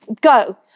Go